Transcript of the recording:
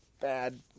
bad